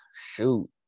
shoot